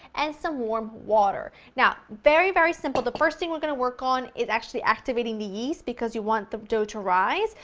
and some warm water. now, very very simple, the first thing we're going to work on is actually activating the yeast, because you want the dough to rise,